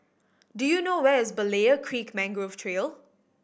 do you know where is Berlayer Creek Mangrove Trail